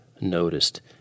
noticed